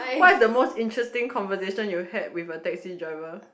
what's the most interesting conversation you've had with a taxi driver